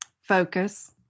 Focus